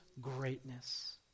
greatness